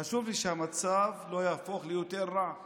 חשוב לי שהמצב לא יהפוך ליותר רע,